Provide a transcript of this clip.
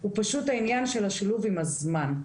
הוא פשוט העניין של השילוב עם הזמן.